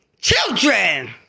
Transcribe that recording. Children